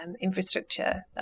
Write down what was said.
infrastructure